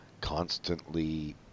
constantly